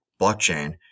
blockchain